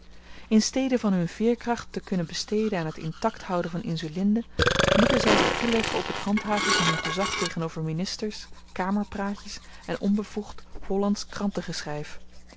in stede van hun veerkracht te kunnen besteden aan t intakt houden van insulinde moeten zy zich toeleggen op t handhaven van hun gezag tegenover ministers kamerpraatjes en onbevoegd hollandsch